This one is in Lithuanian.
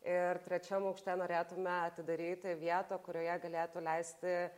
ir trečiam aukšte norėtume atidaryti vietą kurioje galėtų leisti